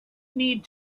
need